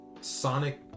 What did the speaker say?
Sonic